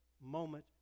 moment